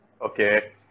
Okay